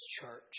church